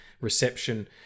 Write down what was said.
reception